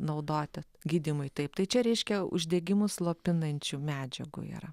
naudoti gydymui taip tai čia reiškia uždegimus slopinančių medžiagų yra